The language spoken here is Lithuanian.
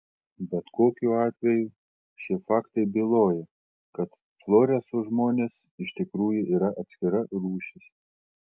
bet kokiu atveju šie faktai byloja kad floreso žmonės iš tikrųjų yra atskira rūšis